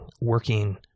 working